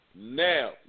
Now